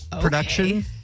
production